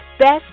Best